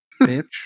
Bitch